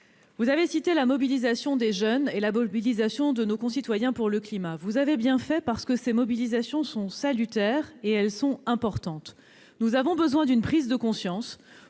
vous avez cité la mobilisation des jeunes et de nos concitoyens pour le climat. Vous avez bien fait, parce que ces mobilisations sont salutaires et importantes. Nous avons besoin d'une prise de conscience